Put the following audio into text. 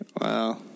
Wow